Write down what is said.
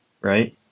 right